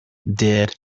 did